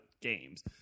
games